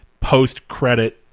post-credit